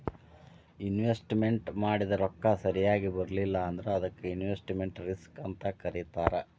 investment ಮಾಡಿದ್ ರೊಕ್ಕ ಸರಿಯಾಗ್ ಬರ್ಲಿಲ್ಲಾ ಅಂದ್ರ ಅದಕ್ಕ ಇನ್ವೆಸ್ಟ್ಮೆಟ್ ರಿಸ್ಕ್ ಅಂತ್ ಕರೇತಾರ